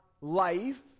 life